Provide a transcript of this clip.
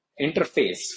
interface